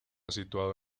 situado